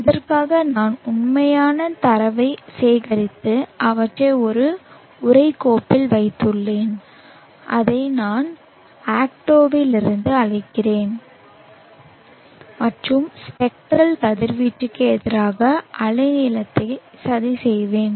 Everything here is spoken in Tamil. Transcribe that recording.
இதற்காக நான் உண்மையான தரவைச் சேகரித்து அவற்றை ஒரு உரை கோப்பில் வைத்துள்ளேன் அதை நான் ஆக்டேவிலிருந்து அழைக்கிறேன் மற்றும் ஸ்பெக்ட்ரல் கதிர்வீச்சுக்கு எதிராக அலைநீளத்தை சதி செய்வேன்